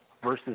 versus